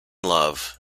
love